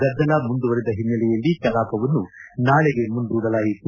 ಗದ್ದಲ ಮುಂದುವರಿದ ಹಿನ್ನೆಲೆಯಲ್ಲಿ ಕಲಾಪವನ್ನು ನಾಳೆಗೆ ಮುಂದೂಡಲಾಯಿತು